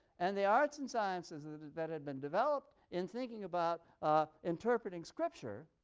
and the arts and sciences that had been developed in thinking about ah interpreting scripture